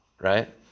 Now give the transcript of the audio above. right